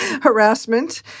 harassment